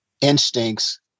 Instincts